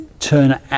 turn